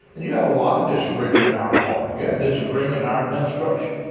and you had a lot of disagreement in our party. you had disagreement in our administration.